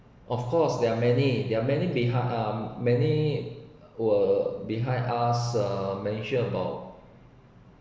of course there are many there are many behi~ uh many were behind us uh mentioned about